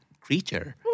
creature